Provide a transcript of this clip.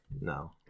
No